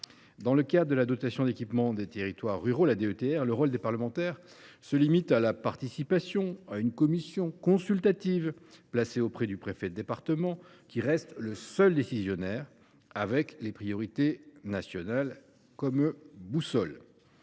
Dans le cadre de la dotation d’équipement des territoires ruraux, le rôle des parlementaires se limite à la participation à une commission consultative placée auprès du préfet de département, qui reste seul décisionnaire, en ayant, comme boussole,